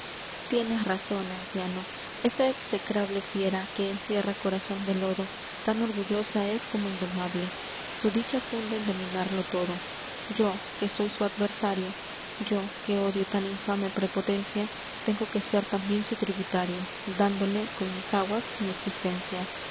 tienes razón anciano esa execrable fiera que encierra corazón de lodo tan orgullosa es como indomable su dicha funda en dominarlo todo yo que soy su adversario yo que odio tan infame prepotencia tengo que ser también su tributario dándole con mis aguas m i existencia